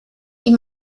ihm